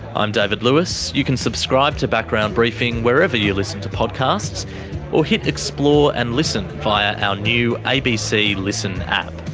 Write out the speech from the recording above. i'm david lewis. you can subscribe to background briefing wherever you listen to podcasts or hit explore and listen via our new abc listen app.